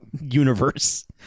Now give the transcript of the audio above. universe